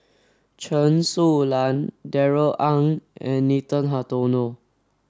Chen Su Lan Darrell Ang and Nathan Hartono